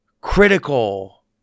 critical